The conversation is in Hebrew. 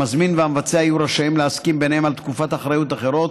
המזמין והמבצע יהיו רשאים להסכים ביניהם על תקופות אחריות אחרות,